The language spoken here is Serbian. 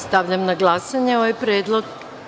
Stavljam na glasanje ovaj predlog.